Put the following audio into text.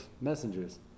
messengers